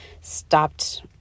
stopped